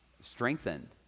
strengthened